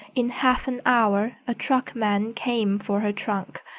in half an hour a truckman came for her trunk,